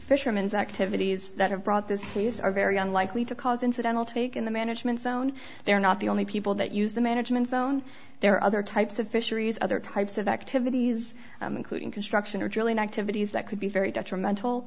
fishermen's activities that have brought this case are very unlikely to cause incidental to take in the management zone they're not the only people that use the management zone there are other types of fisheries other types of activities including construction or drilling activities that could be very detrimental